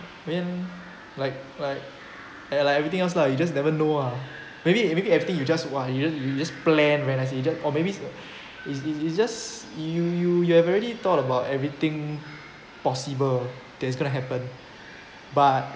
I mean like like ya like everything else lah you just never know ah maybe maybe everything you just !wah! you just you just plan when I you should you just or maybe you you you just you you you have already thought about everything possible that's gonna happen but